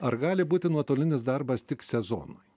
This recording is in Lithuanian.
ar gali būti nuotolinis darbas tik sezonui